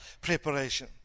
preparation